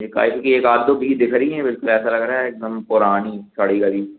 एक एक आध दो भी दिख रही हैं बिल्कुल ऐसा लग रहा है एक दम पुरानी सड़ी गली